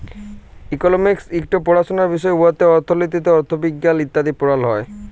economics ইকট পাড়াশলার বিষয় উয়াতে অথ্থলিতি, অথ্থবিজ্ঞাল ইত্যাদি পড়াল হ্যয়